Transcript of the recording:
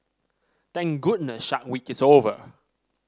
thank goodness Shark Week is over